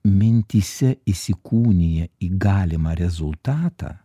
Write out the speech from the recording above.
mintyse įsikūnija į galimą rezultatą